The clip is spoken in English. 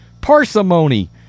parsimony